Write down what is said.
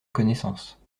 connaissance